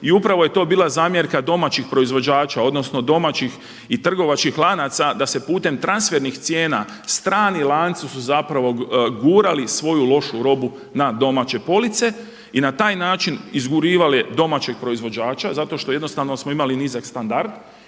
I upravo je to bila zamjerka domaćih proizvođača, odnosno domaćih i trgovačkih lanaca da se putem transfernih cijena strani lanci su zapravo gurali svoju lošu robu na domaće police i na taj način izgurivali domaćeg proizvođača zato što jednostavno smo imali nizak standard.